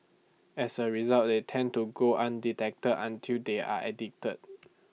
as A result they tend to go undetected until they are addicted